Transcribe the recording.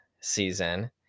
season